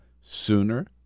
sooner